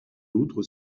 d’autres